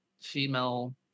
female